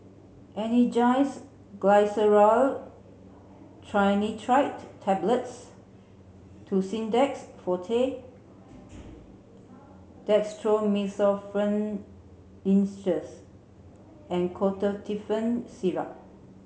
Angised Glyceryl Trinitrate Tablets Tussidex Forte Dextromethorphan Linctus and Ketotifen Syrup